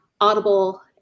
audible